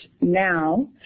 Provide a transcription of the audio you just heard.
now